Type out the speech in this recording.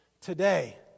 today